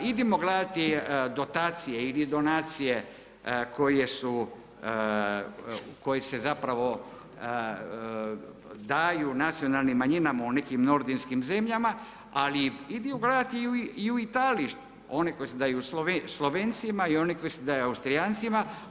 Idimo gledati dotacije ili donacije koje su kojih se zapravo daju nacionalnim manjinama u nekim nordijskim zemljama ali idemo gledati i u Italiji one koje se daju Slovencima i one koje se daju Austrijancima.